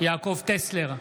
יעקב טסלר,